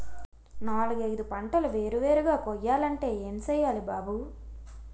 నాలుగైదు పంటలు వేరు వేరుగా కొయ్యాలంటే ఏం చెయ్యాలి బాబూ